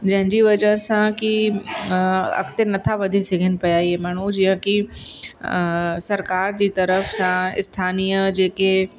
जंहिंजी वजह सां कि अॻिते नथा वधी सघनि पिया इहे माण्हू जीअं कि सरकारि जी तरफ़ सां स्थानिय जेके